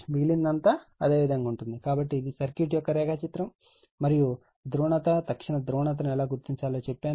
మిగిలినది అంతా అదే విధంగా ఉంది కాబట్టి ఇది సర్క్యూట్ రేఖాచిత్రం మరియు ధ్రువణత తక్షణ ధ్రువణత ను ఎలా గుర్తించాలో చెప్పాను